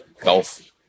golf